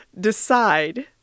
decide